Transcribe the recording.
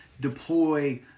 deploy